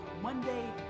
Monday